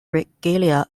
regalia